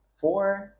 four